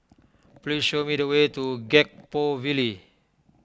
please show me the way to Gek Poh Ville